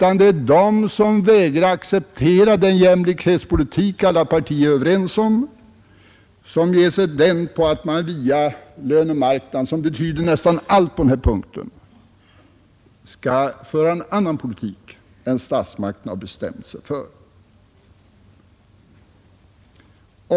Ansvaret har de som vägrar att acceptera den jämlikhetspolitik som alla partier är överens om; de som ger sig den på att man via lönemarknaden, som betyder nästan allt på denna punkt, skall föra en annan politik än statsmakterna har bestämt sig för.